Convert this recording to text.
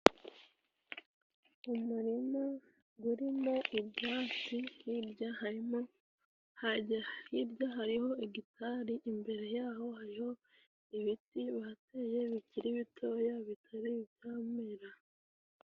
Umurima gurimo ibyatsi, hirya harimo hajya hirya hariho gitari, imbere yaho hariho ibiti bateye bikiri bitoya bitari byamera.